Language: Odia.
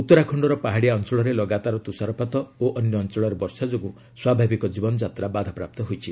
ଉତ୍ତରାଖଣର ପାହାଡ଼ିଆ ଅଞ୍ଚଳରେ ଲଗାତାର ତୁଷାରପାତ ଓ ଅନ୍ୟ ଅଞ୍ଚଳରେ ବର୍ଷା ଯୋଗୁଁ ସ୍ୱାଭାବିକ ଜୀବନଯାତ୍ରା ବାଧାପ୍ରାପ୍ତ ହୋଇଛି